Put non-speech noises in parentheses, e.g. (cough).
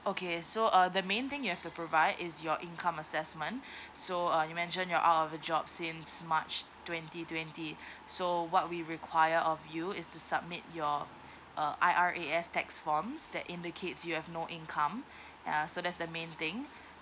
okay so uh the main thing you have to provide is your income assessment (breath) so uh you mentioned you're out of a job since march twenty twenty (breath) so what we require of you is to submit your uh I_R_A_S tax forms that in the case you have no income (breath) ya so that's the main thing